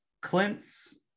Clint's